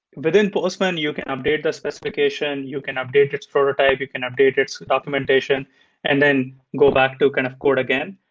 within postman, you can update the specification. you can update its prototype. you can update its documentation and then go back to kind of code again.